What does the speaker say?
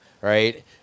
right